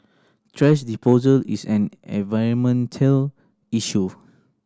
thrash disposal is an environmental issue